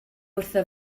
wrtho